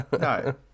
No